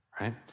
right